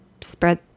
spread